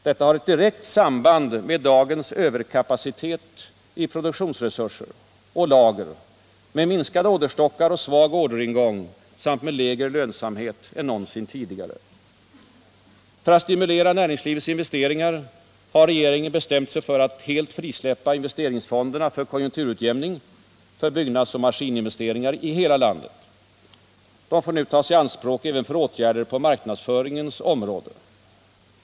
Detta har ett direkt samband med dagens överkapacitet i produktionsresurser och lager, med minskande orderstockar och svag orderingång samt med lägre lönsamhet än någonsin tidigare. För att stimulera näringslivets investeringar har regeringen bestämt sig för att helt frisläppa investeringsfonderna för konjunkturutjämning för byggnadsoch maskininvesteringar i hela landet. De får nu tas i anspråk även för åtgärder på marknadsföringens område.